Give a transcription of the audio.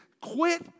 quit